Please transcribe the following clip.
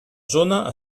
zona